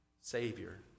Savior